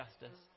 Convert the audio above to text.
justice